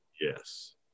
Yes